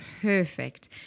Perfect